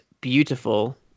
beautiful